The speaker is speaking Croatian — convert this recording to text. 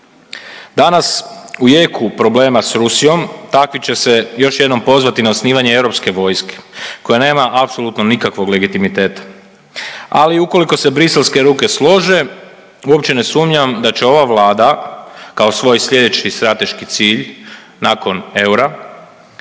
Danas u jeku problema s Rusijom, takvi će se još jednom pozvati na osnivanje europske vojske koja nema apsolutno nikakvog legitimiteta. Ali, ukoliko se briselske ruke slože, uopće ne sumnjam da će ova Vlada kao svoj sljedeći strateški cilj nakon eura